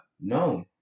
No